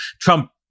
Trump